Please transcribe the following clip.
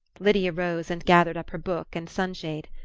lydia rose and gathered up her book and sunshade.